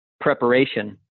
preparation